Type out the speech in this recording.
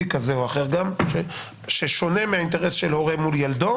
כזה או אחר ששונה מהאינטרס של ההורה מול ילדו